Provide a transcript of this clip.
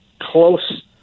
close